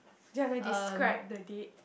do you want to describe the date